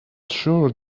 sure